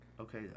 okay